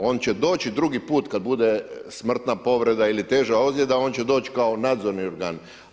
On će doći drugi put kada bude smrtna povreda ili teža ozljeda on će doći kao nadzorni organ.